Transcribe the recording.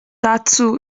dazu